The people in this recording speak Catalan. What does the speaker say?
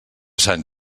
sant